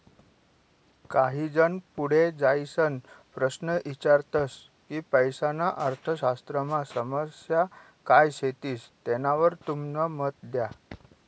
काही जन पुढे जाईसन प्रश्न ईचारतस की पैसाना अर्थशास्त्रमा समस्या काय शेतीस तेनावर तुमनं मत द्या